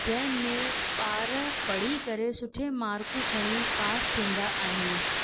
जंहिंमें ॿार पढ़ी करे सुठे मार्कूं खणी पास थींदा आहिनि